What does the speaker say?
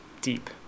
deep